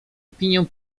opinię